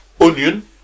onion